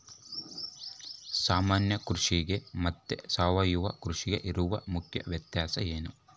ಸಾಮಾನ್ಯ ಕೃಷಿಗೆ ಮತ್ತೆ ಸಾವಯವ ಕೃಷಿಗೆ ಇರುವ ಮುಖ್ಯ ವ್ಯತ್ಯಾಸ ಏನು?